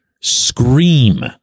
scream